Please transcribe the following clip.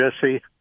Jesse